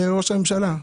לראש הממשלה.